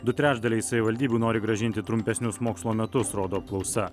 du trečdaliai savivaldybių nori grąžinti trumpesnius mokslo metus rodo apklausa